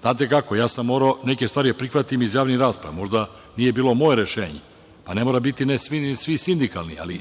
Znate kako, ja sam morao neke stvari da prihvatim iz javnih rasprava. Možda nije bilo moje rešenje, pa ne mora biti ni svih sindikalnih, ali